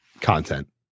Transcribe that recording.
content